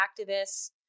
activists